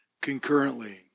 concurrently